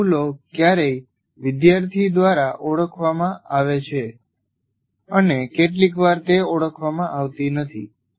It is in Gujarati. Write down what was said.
આ ભૂલો ક્યારેક વિદ્યાર્થી દ્વારા ઓળખવામાં આવે છે અને કેટલીકવાર તે ઓળખવામાં આવતી નથી